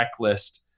checklist